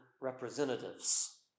representatives